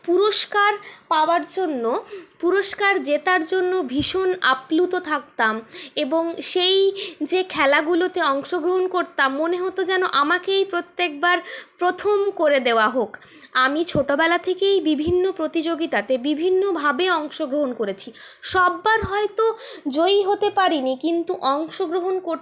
পুরস্কার পাওয়ার জন্য পুরস্কার জেতার জন্য ভীষণ আপ্লুত থাকতাম এবং সেই যে খেলাগুলোতে অংশগ্রহণ করতাম মনে হত যেন আমাকেই প্রত্যেকবার প্রথম করে দেওয়া হোক আমি ছোটবেলা থেকেই বিভিন্ন প্রতিযোগিতাতে বিভিন্নভাবে অংশগ্রহণ করেছি সব বার হয়ত জয়ী হতে পারিনি কিন্তু অংশগ্রহণ